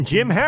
Jim